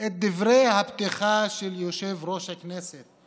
את דברי הפתיחה של יושב-ראש הכנסת.